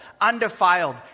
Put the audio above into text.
undefiled